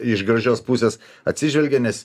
iš gražios pusės atsižvelgia nes